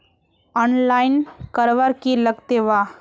Online करवार की लगते वा?